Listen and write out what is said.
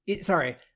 Sorry